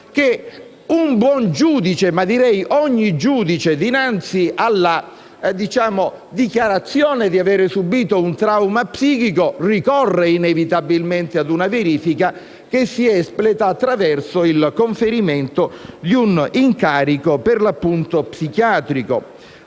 un buon giudice - ma direi, ogni giudice - dinanzi alla dichiarazione di aver subìto un trauma psichico ricorre inevitabilmente a una verifica, che si espleta attraverso il conferimento di un incarico psichiatrico.